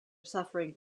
suffering